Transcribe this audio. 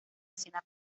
escena